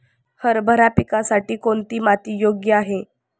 हरभरा पिकासाठी कोणती माती योग्य आहे?